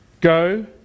Go